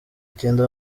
icyenda